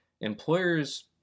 employers